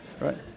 Right